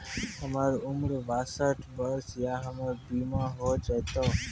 हमर उम्र बासठ वर्ष या हमर बीमा हो जाता यो?